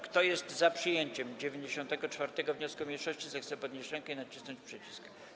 Kto jest za przyjęciem 94. wniosku mniejszości, zechce podnieść rękę i nacisnąć przycisk.